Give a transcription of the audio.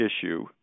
issue